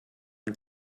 und